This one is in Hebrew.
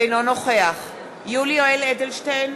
אינו נוכח יולי יואל אדלשטיין,